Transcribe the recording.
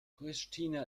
pristina